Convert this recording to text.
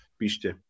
píšte